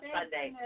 Sunday